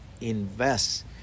Invest